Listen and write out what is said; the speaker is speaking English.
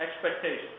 expectations